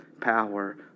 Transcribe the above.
power